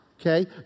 okay